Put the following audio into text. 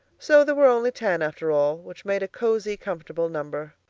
so there were only ten, after all, which made a cozy, comfortable number.